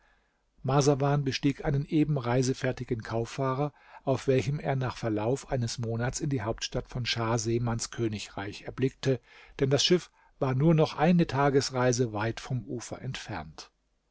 marsawan bestieg einen eben reisefertigen kauffahrer auf welchem er nach verlauf eines monats die hauptstadt von schah semans königreich erblickte denn das schiff war nur noch eine tagesreise weit vom ufer entfernt